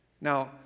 Now